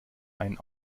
einen